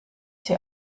sie